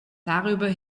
darüber